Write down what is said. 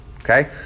Okay